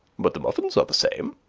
but the muffins are the same.